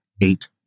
eight